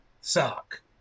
suck